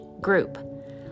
group